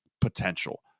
potential